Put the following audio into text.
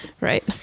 Right